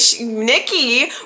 Nikki